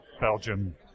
Belgium